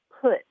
put